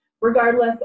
Regardless